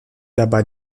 dabei